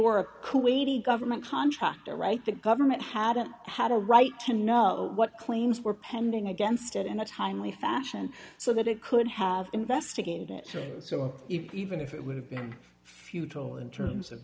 were a kuwaiti government contractor right the government hadn't had a right to know what claims were pending against it in a timely fashion so that it could have investigated it so even if it would have been futile in terms of